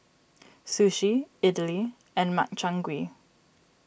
Sushi Idili and Makchang Gui